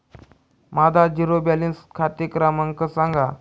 माझा zero balance खाते क्रमांक सांगा